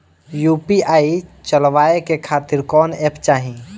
UPI चलवाए के खातिर कौन एप चाहीं?